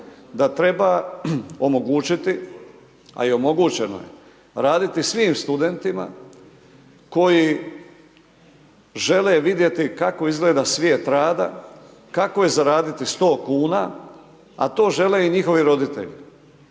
da treba omogućiti a i omogućeno je, raditi svim studentima koji žele vidjeti kako izgleda svijet rada, kako je zaraditi 100 kn, a to žele i njihovi roditelji.